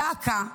דא עקא,